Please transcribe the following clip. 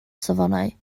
safonau